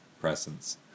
presence